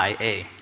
IA